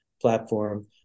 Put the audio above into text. platform